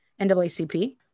NAACP